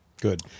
Good